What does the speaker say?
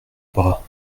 bras